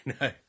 no